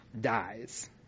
dies